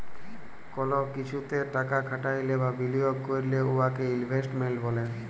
call কিছুতে টাকা খাটাইলে বা বিলিয়গ ক্যইরলে উয়াকে ইলভেস্টমেল্ট ব্যলে